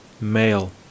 male